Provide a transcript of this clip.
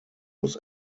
was